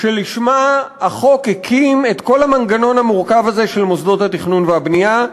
שלשמה החוק הקים את כל המנגנון המורכב הזה של מוסדות התכנון והבנייה,